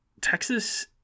Texas